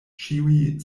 ĉiuj